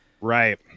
Right